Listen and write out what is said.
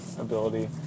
ability